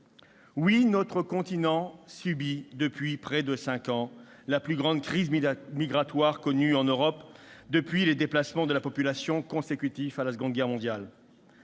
Oui, notre continent subit depuis près de cinq ans la plus grande crise migratoire connue en Europe depuis les déplacements de populations consécutifs à la Seconde Guerre mondiale.